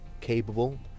capable